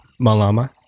Malama